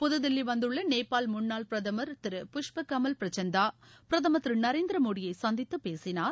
புதுதில்லி வந்துள்ள நேபாள் முன்னாள் பிரதமர் திரு புஷ்பகமல் பிரசந்தா பிரதமர் திரு நரேந்திர மோடியை சந்தித்து பேசினார்